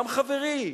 גם חברי,